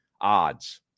odds